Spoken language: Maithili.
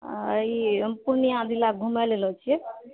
आ ई हम पूर्णिया जिला घुमए लऽ एलहुँ छिऐ